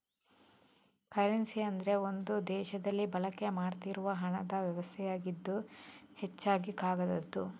currency ಅಂದ್ರೆ ಒಂದು ದೇಶದಲ್ಲಿ ಬಳಕೆ ಮಾಡ್ತಿರುವ ಹಣದ ವ್ಯವಸ್ಥೆಯಾಗಿದ್ದು ಹೆಚ್ಚಾಗಿ ಕಾಗದದ್ದು